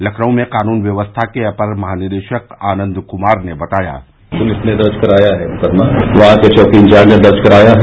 लखनऊ में कानून व्यवस्था के अपर महानिदेशक आनंद कुमार ने बताया पुलिस ने दर्ज कराया है मुकदमा वहां के चौकी इंचार्ज ने दर्ज कराया है